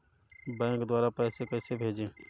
Bank द्वारा पैसे कैसे भेजें?